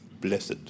blessed